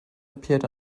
appeared